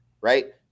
right